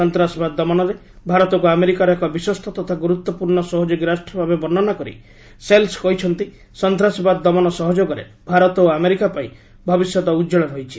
ସନ୍ତାସବାଦ ଦମନରେ ଭାରତକୁ ଆମେରିକାର ଏକ ବିଶ୍ୱସ୍ତ ତଥା ଗୁରୁତ୍ୱପୂର୍ଣ୍ଣ ସହଯୋଗୀ ରାଷ୍ଟ୍ର ଭାବେ ବର୍ଷ୍ଣନା କରି ସେଲ୍ସ୍ କହିଛନ୍ତି ସନ୍ତାସବାଦ ଦମନ ସହଯୋଗରେ ଭାରତ ଓ ଆମେରିକାପାଇଁ ଭବିଷ୍ୟତ ଉଜ୍ଜଳ ରହିଛି